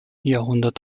jahrhundert